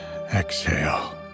exhale